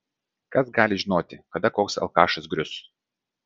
kas gali žinoti kada koks alkašas grius